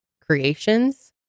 creations